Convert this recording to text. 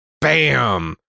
Bam